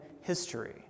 history